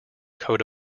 coat